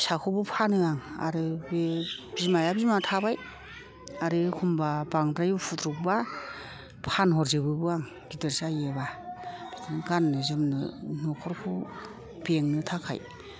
फिसाखौबो फानो आं आरो बे बिमाया बिमा थाबाय आरो एखनबा बांद्राय उफुद्रुद बा फानहर जोबोबो आं गिदिर जायोबा बिदिनो गाननो जोमनो नखरखौ बेंनो थाखाय